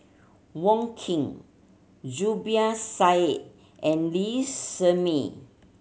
Wong Keen Zubir Said and Lee Shermay